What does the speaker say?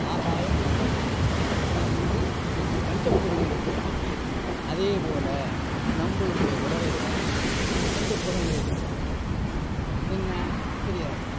ஆகாயம் பூமாதேவி இது வந்து அஞ்சு பஞ்சபூதங்களுக்கு அடங்கியது அதேபோல நம்மளுடைய உடலில் பஞ்ச பூதங்கள் இருக்குது என்ன தெரியாது